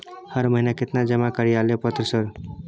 हर महीना केतना जमा कार्यालय पत्र सर?